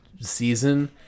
season